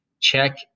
check